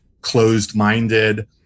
closed-minded